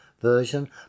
version